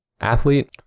athlete